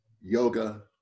yoga